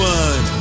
one